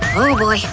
oh boy,